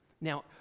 now